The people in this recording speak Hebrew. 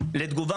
לתגובה